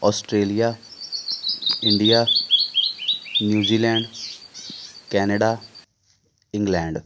Australia India New Zealand Canada England